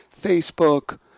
Facebook